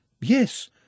Yes